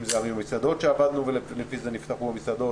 אם זה מגזר המסעדות שעבדנו ולפי זה נפתחו המסעדות,